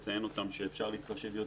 יש לך צפי מתי זה יתפרסם?